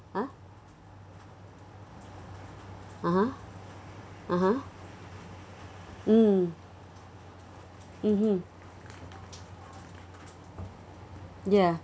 !huh! (uh huh) (uh huh) mm mmhmm ya